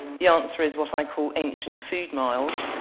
the answer is what i call ancient food miles.